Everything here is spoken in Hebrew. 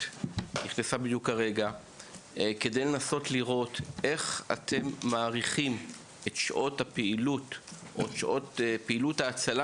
כדי לנסות לראות איך אתם מאריכים את שעות פעילות ההצלה